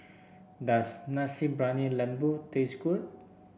does Nasi Briyani Lembu taste good